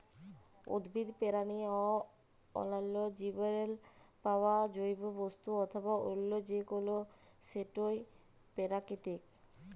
উদ্ভিদ, পেরানি অ অল্যাল্য জীবেরলে পাউয়া জৈব বস্তু অথবা অল্য যে কল সেটই পেরাকিতিক